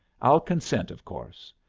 i'll consent, of course.